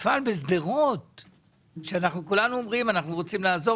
וכולנו אומרים שאנחנו רוצים לעזור